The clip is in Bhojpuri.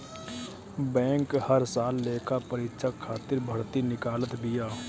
बैंक हर साल लेखापरीक्षक खातिर भर्ती निकालत बिया